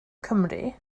cymru